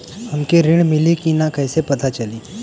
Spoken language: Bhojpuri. हमके ऋण मिली कि ना कैसे पता चली?